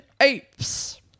Apes